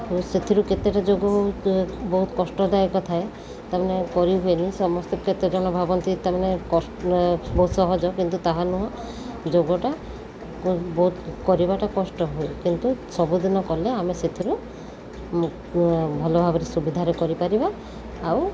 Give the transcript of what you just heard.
ଏବଂ ସେଥିରୁ କେତେଟା ଯୋଗ ବହୁତ କଷ୍ଟଦାୟକ ଥାଏ ତା'ମାନେ କରିହୁୁଏନି ସମସ୍ତେ କେତେ ଜଣ ଭାବନ୍ତି ତା'ମାନେ ବହୁତ ସହଜ କିନ୍ତୁ ତାହା ନୁହଁ ଯୋଗଟା ବହୁତ କରିବାଟା କଷ୍ଟ ହୁଏ କିନ୍ତୁ ସବୁଦିନ କଲେ ଆମେ ସେଥିରୁ ଭଲ ଭାବରେ ସୁବିଧାରେ କରିପାରିବା ଆଉ